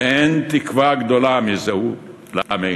ואין תקווה גדולה מזו לעמנו.